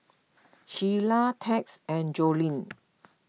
Shiela Tex and Joleen